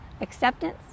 acceptance